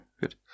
good